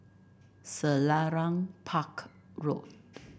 Selarang Park Road